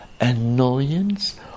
annoyance